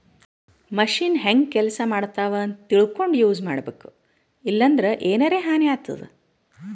machine ಹೆಂಗ್ ಕೆಲಸ ಮಾಡ್ತಾವ್ ಅಂತ್ ತಿಳ್ಕೊಂಡ್ ಯೂಸ್ ಮಾಡ್ಬೇಕ್ ಇಲ್ಲಂದ್ರ ಎನರೆ ಹಾನಿ ಆತದ್